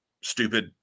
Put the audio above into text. stupid